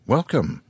Welcome